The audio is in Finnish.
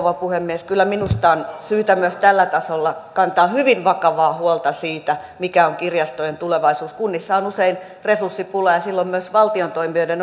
puhemies kyllä minusta on syytä myös tällä tasolla kantaa hyvin vakavaa huolta siitä mikä on kirjastojen tulevaisuus kunnissa on usein resurssipula ja silloin myös valtion toimijoiden on